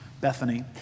Bethany